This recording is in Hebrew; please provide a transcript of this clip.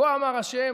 "כה אמר ה'